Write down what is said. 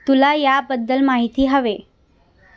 तुला याबद्दल माहिती हवे